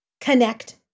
connect